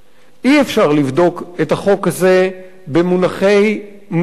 אי-אפשר לבדוק את החוק הזה במונחי מידתיות.